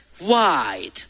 wide